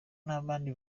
n’abandi